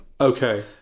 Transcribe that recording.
okay